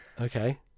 Okay